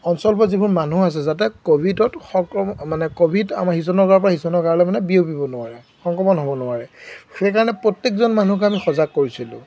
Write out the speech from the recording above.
অঞ্চল বা যিবোৰ মানুহ আছে যাতে ক'ভিডত সংক্ৰমণ মানে ক'ভিড আমাৰ সিজনৰ গাৰপৰা সিজনৰ গালৈ মানে বিয়পিব নোৱাৰে সংক্ৰমণ হ'ব নোৱাৰে সেইকাৰণে প্ৰত্যেকজন মানুহকে আমি সজাগ কৰিছিলোঁ